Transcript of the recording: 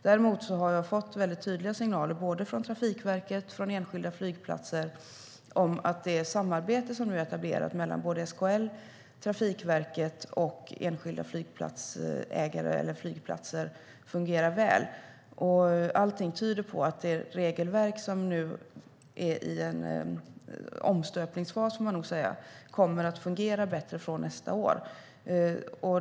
Däremot har jag fått väldigt tydliga signaler både från Trafikverket och från enskilda flygplatser om att det samarbete som nu är etablerat mellan SKL, Trafikverket och enskilda flygplatsägare eller flygplatser fungerar väl. Allting tyder på att det regelverk som nu är i en omstöpningsfas, får man nog säga, kommer att fungera bättre från nästa år.